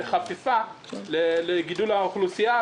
בחפיפה לגידול האוכלוסייה,